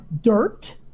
dirt